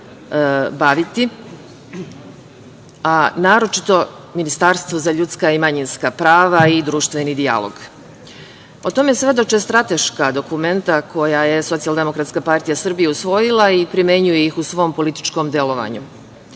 baviti, a naročito ministarstvo za ljudska i manjinska prava i društveni dijalog. O tome svedoče strateška dokumenta koja je SDPS usvojila i primenjuje ih u svom političkom delovanju. Jedan